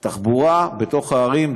תחבורה בתוך הערים,